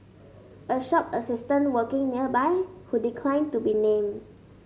a shop assistant working nearby who declined to be named